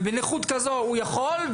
ובנכות כזו הוא יכול,